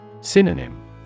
Synonym